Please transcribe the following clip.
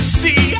see